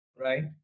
right